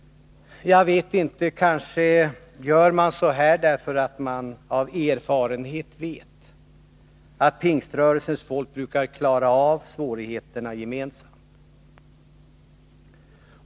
Jag vet inte — kanske gör man så här därför att man av erfarenhet vet att Pingströrelsens folk brukar klara av svårigheterna gemensamt.